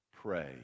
pray